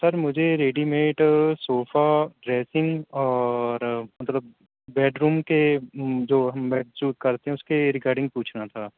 سر مجھے ready made sofa dressing اور مطلب بیڈ روم کے جو ہم بیڈ جو کرتے ہیں اس کے ریگارڈنگ پوچھنا تھا